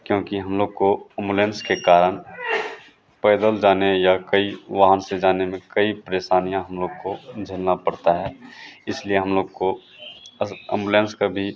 क्योंकि हम लोग को अम्बोलेंस के कारण पैदल जाने या कई वहाँ से जाने में कई परेशानियाँ हम लोग को झेलना पड़ता है इसलिए हम लोग को अस अम्बुलेंस की भी